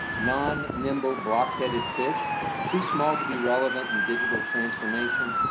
non nimble block headed fish too small to be relevant and digital transformation,